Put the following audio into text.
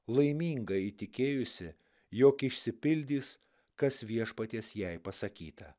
laiminga įtikėjusi jog išsipildys kas viešpaties jai pasakyta